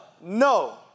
No